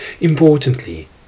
Importantly